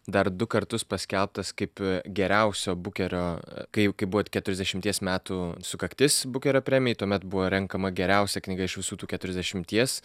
dar du kartus paskelbtas kaip geriausio bukerio kai jau kai buvot keturiasdešimties metų sukaktis bukerio premijai tuomet buvo renkama geriausia knyga iš visų tų keturiasdešimties